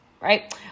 right